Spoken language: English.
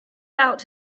out